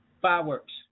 fireworks